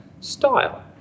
style